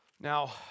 Now